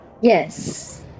Yes